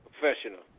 professional